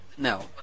No